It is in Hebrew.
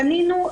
פנינו.